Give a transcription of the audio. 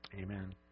Amen